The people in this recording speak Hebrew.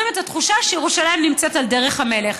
את התחושה שירושלים נמצאת על דרך המלך,